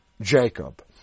Jacob